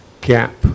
gap